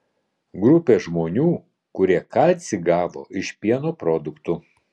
grupė žmonių kurie kalcį gavo iš pieno produktų